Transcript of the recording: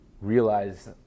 realize